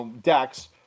decks